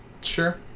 Sure